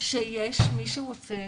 שיש מי שרוצה